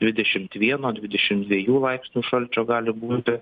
dvidešimt vieno dvidešimt dviejų laipsnių šalčio gali būti